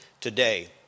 today